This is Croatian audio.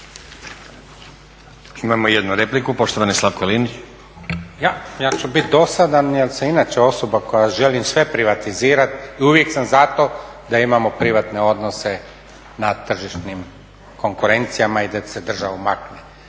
Imao jednu repliku. Poštovani Slavko Linić. **Linić, Slavko (Nezavisni)** Ja ću biti dosadan jel sam inače osoba koja želim sve privatizirati i uvijek sam zato da imao privatne odnose na tržišnim konkurencijama i da se državu makne.